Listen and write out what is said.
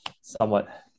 somewhat